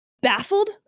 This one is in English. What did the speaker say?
baffled